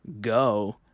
go